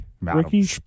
Ricky